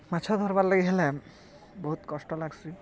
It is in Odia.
ମାଛ ଧର୍ବାର୍ ଲାଗି ହେଲେ ବହୁତ୍ କଷ୍ଟ ଲାଗ୍ସି